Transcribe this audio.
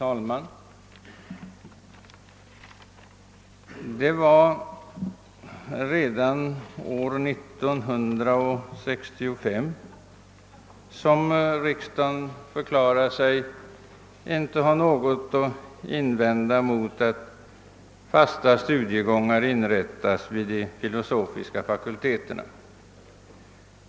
Herr talman! Redan år 1965 förklarade sig riksdagen inte ha något att invända mot att fasta studiegångar inrättades vid de filosofiska fakulteterna.